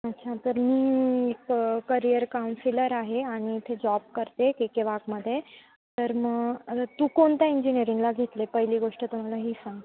अच्छा तर मी एक करिअर काउन्सिलर आहे आणि इथे जॉब करते के के वाघमध्ये तर मग तू कोणत्या इंजिनिअरिंगला घेतलं आहे पहिली गोष्ट तर मला ही सांग